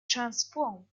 transform